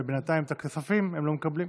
ובינתיים את הכספים הם לא מקבלים.